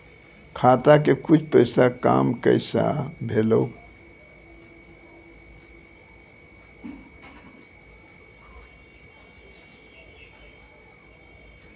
खाता के कुछ पैसा काम कैसा भेलौ?